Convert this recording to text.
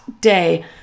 day